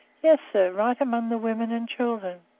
yes, sir, right among the women and children.